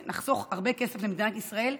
כך נחסוך הרבה כסף למדינת ישראל,